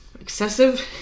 excessive